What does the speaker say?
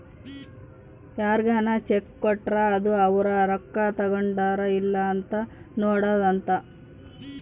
ಯಾರ್ಗನ ಚೆಕ್ ಕೊಟ್ರ ಅದು ಅವ್ರ ರೊಕ್ಕ ತಗೊಂಡರ್ ಇಲ್ಲ ಅಂತ ನೋಡೋದ ಅಂತ